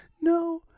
no